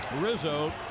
Rizzo